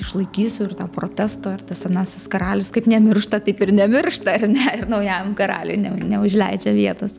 išlaikysiu ir tą protesto ir tas senasis karalius kaip nemiršta taip ir nemiršta ar ne ir naujajam karaliui ne neužleidžia vietos